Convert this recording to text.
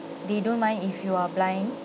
they don't mind if you are blind